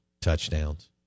touchdowns